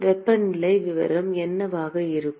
வெப்பநிலை விவரம் என்னவாக இருக்கும்